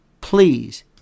Please